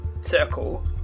circle